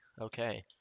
okay